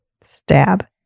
Stab